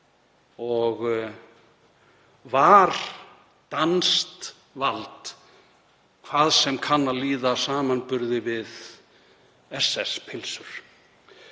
Það var danskt vald, hvað sem kann að líða samanburði við SS pylsur.